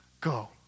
Go